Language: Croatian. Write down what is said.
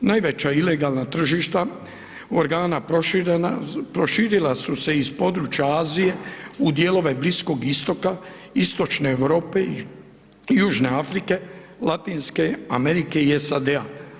Najveća ilegalna tržišta organa proširila su se iz područja Azije u dijelove Bliskog Istoka, istočne Europe, Južne Afrike, Latinske Amerike i SAD-a.